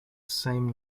same